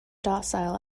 docile